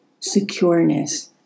secureness